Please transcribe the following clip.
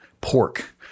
pork